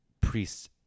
priests